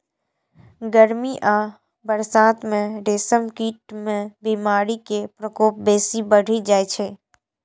गर्मी आ बरसात मे रेशम कीट मे बीमारी के प्रकोप बेसी बढ़ि जाइ छै